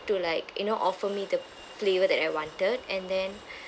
to like you know offer me the flavour that I wanted and then